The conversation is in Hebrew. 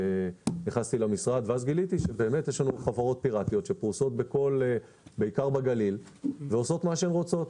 לנו חברות פיראטיות שפרוסות בעיקר בגליל ועושות מה שהן רוצות.